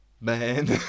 Man